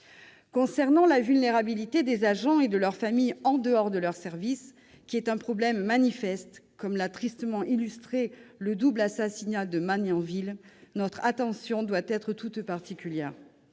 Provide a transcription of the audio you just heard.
concerne la vulnérabilité des agents en dehors de leur service et de leur famille, un problème manifeste comme l'a tristement illustré le double assassinat de Magnanville, notre attention doit être toute particulière.